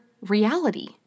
reality